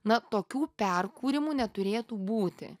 na tokių perkūrimų neturėtų būti